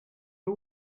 who